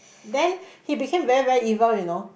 then he became very very evil you know